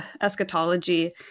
eschatology